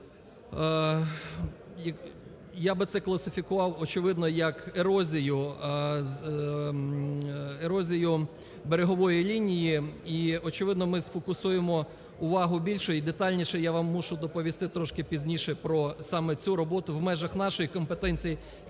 Я би це класифікував, очевидно, як ерозію, ерозію берегової лінії і, очевидно, ми сфокусуємо увагу більше, і детальніше я вам мушу доповісти трошки пізніше про саме цю роботу в межах нашої компетенції